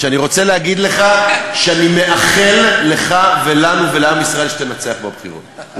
אני רוצה להגיד לך שאני מאחל לך ולנו ולעם ישראל שתנצח בבחירות,